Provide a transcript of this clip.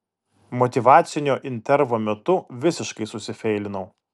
motyvacinio intervo metu visiškai susifeilinau